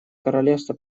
королевство